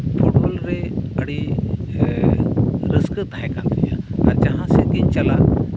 ᱯᱷᱩᱴᱵᱚᱞᱨᱮ ᱟᱹᱰᱤ ᱨᱟᱹᱥᱠᱟᱹ ᱛᱟᱦᱮᱸ ᱠᱟᱱᱛᱤᱧᱟᱹ ᱟᱨ ᱡᱟᱦᱟᱥᱮᱫ ᱜᱤᱧ ᱪᱟᱞᱟᱜ